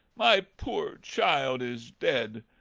my poor child is dead!